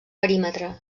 perímetre